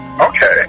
Okay